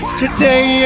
today